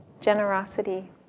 generosity